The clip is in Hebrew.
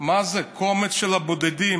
זה קומץ של בודדים.